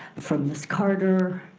from miss carter,